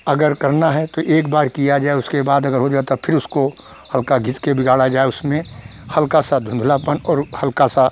अगर करना है तो एक बार किया जाए उसके बाद अगर हो जाता फिर उसको हौका घिसकर बिगाड़ा जाए उसमें हल्का सा धुँधलापन और हल्का सा